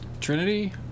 Trinity